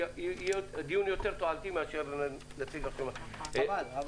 והדיון יהיה יותר תועלתי מאשר נציג עכשיו --- אני